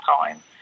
time